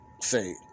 say